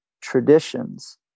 traditions